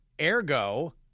Ergo